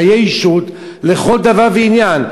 חיי אישות לכל דבר ועניין,